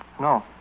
No